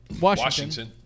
Washington